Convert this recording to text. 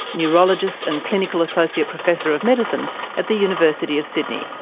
neurologist and clinical associate professor of medicine at the university of sydney.